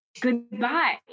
goodbye